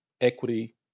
equity